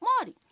Marty